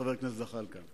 חבר הכנסת זחאלקה,